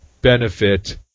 benefit